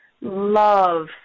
love